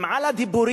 אם על הדיבורים